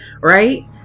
Right